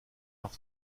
noch